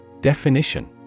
Definition